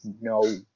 no